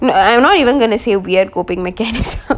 I'm not even going to see weird coping mechanism